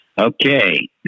Okay